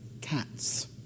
cats